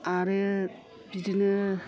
आरो बिदिनो